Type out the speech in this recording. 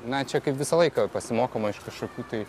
na čia kaip visą laiką pasimokoma iš kažkokių tai